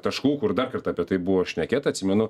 taškų kur dar kartą apie tai buvo šnekėta atsimenu